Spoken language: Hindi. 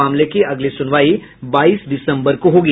मामले की अगली सुनवाई बाईस दिसम्बर को होगी